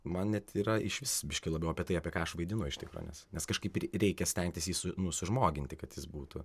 man net yra išvis biški labiau apie tai apie ką aš vaidinu iš tikro nes nes kažkaip ir ir reikia stengtis jį su nu sužmoginti kad jis būtų